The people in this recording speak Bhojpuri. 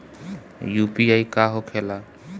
यू.पी.आई का होखेला?